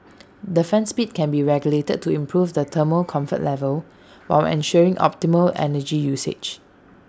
the fan speed can be regulated to improve the thermal comfort level while ensuring optimal energy usage